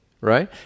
right